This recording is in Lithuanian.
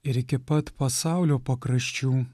ir iki pat pasaulio pakraščių